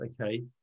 okay